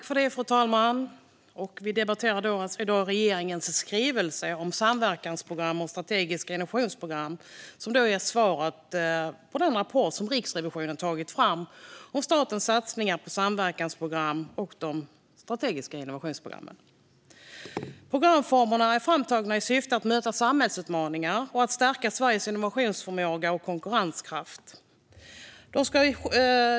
Fru talman! Vi debatterar nu regeringens skrivelse om samverkansprogram och strategiska innovationsprogram. Den är ett svar på den rapport Riksrevisionen tagit fram om statens satsningar på samverkansprogrammen och de strategiska innovationsprogrammen. Programformerna är framtagna i syfte att möta samhällsutmaningar och att stärka Sveriges innovationsförmåga och konkurrenskraft.